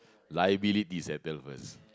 liabilities I tell you first